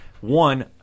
one